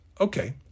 Okay